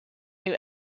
new